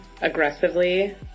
aggressively